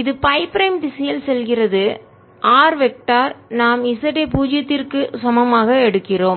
இது phi prime திசையில் செல்கிறது r வெக்டர் திசையன் நாம் z ஐ பூஜ்ஜியத்திற்கு சமம் ஆக எடுக்கிறோம்